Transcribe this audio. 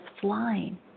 flying